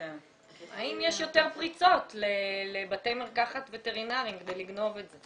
האם יש יותר פריצות לבתי מרקחת וטרינרים כדי לגנוב את זה?